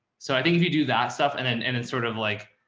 so i think if you do that stuff and and and it's sort of like,